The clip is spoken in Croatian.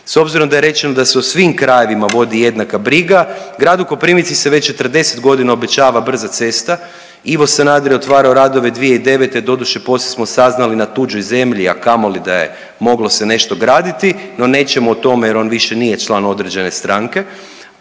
S obzirom da je rečeno da se o svim krajevima vodi jednaka briga, gradu Koprivnici se već 40 godina obećava brza cesta. Ivo Sanader je otvarao radove 2009. doduše poslije smo saznali na tuđoj zemlji, a kamoli da je moglo se nešto graditi. No nećemo o tome jer on više nije član određene stranke.